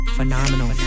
Phenomenal